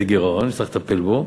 זה גירעון, צריך לטפל בו.